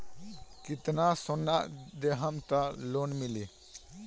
कितना सोना देहम त लोन मिली?